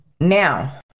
Now